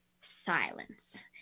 silence